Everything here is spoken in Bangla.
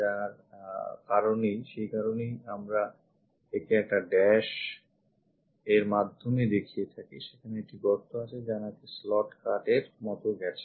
আর সেই কারণেই আমরা একে একটা dash এর মাধ্যমে দেখিয়ে থাকি এবং সেখানে একটি গর্ত আছে যা নাকি slot cut এর মতো গেছে